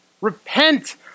repent